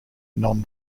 non